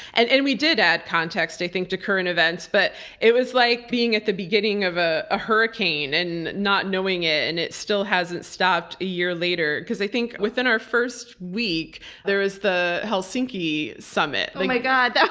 and and we did add context, i think, to current events, but it was like being at the beginning of ah a hurricane and not knowing it, and it still hasn't stopped a year later. because i think within our first week there was the helsinki summit. oh my god.